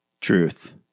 Truth